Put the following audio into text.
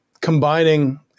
combining